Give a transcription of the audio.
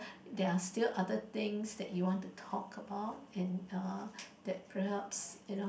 there're still other things that you want to talk about in uh that perhaps you know